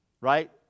right